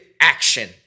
action